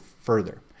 further